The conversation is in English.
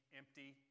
empty